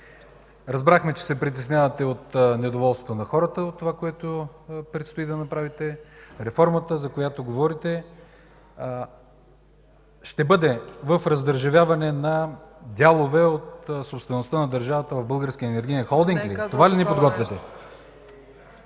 разбрахме, че се притеснявате от недоволството на хората от това, което предстои да направите. Реформата, за която говорите, ще бъде в раздържавяване на дялове от собствеността на държавата в Българския енергиен холдинг ли? Това ли ни подготвяте?